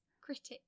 Critics